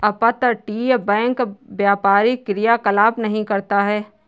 अपतटीय बैंक व्यापारी क्रियाकलाप नहीं करता है